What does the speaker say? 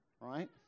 Right